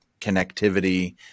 connectivity